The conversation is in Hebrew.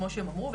כמו שהם אמרו,